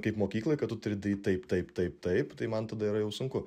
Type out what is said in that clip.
kaip mokykloj kad tu turi daryt taip taip taip taip tai man tada yra jau sunku